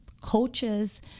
coaches